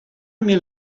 mil